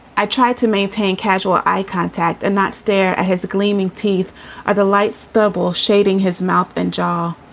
i tried to maintain casual eye contact and that stare at his gleaming teeth are the light stubble, shading his mouth and jaw.